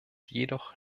jedoch